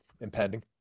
impending